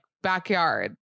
backyard